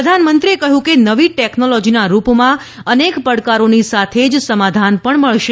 પ્રધાનમંત્રીએ કહ્યું કે નવી ટેકનોલોજીના રૂપમાં અનેક પડકારોની સાથે જ સમાધાન પણ મળશે